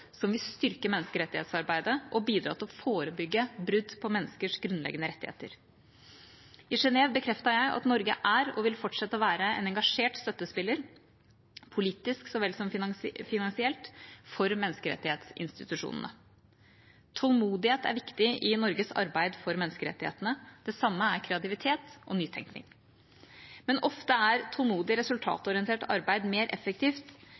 som vil styrke menneskerettighetsarbeidet og bidra til å forebygge brudd på menneskers grunnleggende rettigheter. I Genève bekreftet jeg at Norge er og vil fortsette å være en engasjert støttespiller, politisk så vel som finansielt, for menneskerettighetsinstitusjonene. Tålmodighet er viktig i Norges arbeid for menneskerettighetene. Det samme er kreativitet og nytenkning. Men ofte er tålmodig, resultatorientert arbeid mer effektivt